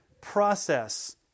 Process